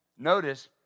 Notice